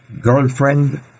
girlfriend